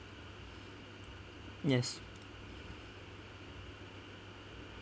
yes